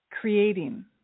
creating